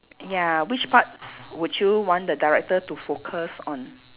ya which parts would you want the director to focus on